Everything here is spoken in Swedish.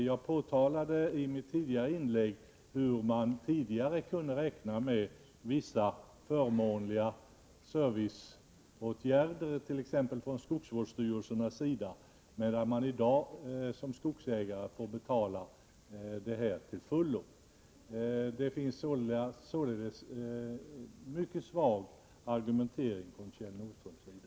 Jag påtalade i mitt förra inlägg hur man tidigare kunde räkna med vissa förmånliga serviceåtgärder, t.ex. från skogsvårdsstyrelserna, men att man i dag som skogsägare får betala sådana till fullo. Det föreligger således en mycket svag argumentering från Kjell Nordströms sida.